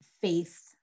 faith